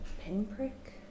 pinprick